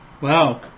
Wow